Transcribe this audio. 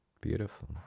beautiful